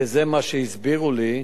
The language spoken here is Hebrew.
שזה מה שהסבירו לי,